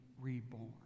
reborn